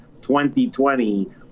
2020